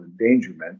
endangerment